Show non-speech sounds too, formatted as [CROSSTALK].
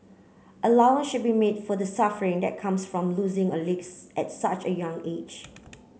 [UNINTELLIGIBLE] should be made for the suffering that comes from losing a legs at such a young age